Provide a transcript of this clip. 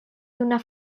d’una